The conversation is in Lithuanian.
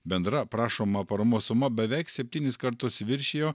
bendra prašoma paramos suma beveik septynis kartus viršijo